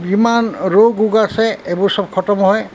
যিমান ৰোগ ওগ আছে এইবোৰ চব খটম হয়